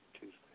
Tuesday